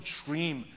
dream